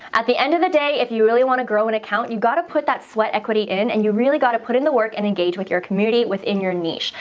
at the end of the day, if you really want to grow an account, you got to put that sweat equity in and you really got to put in the work and engage with your community within your niche.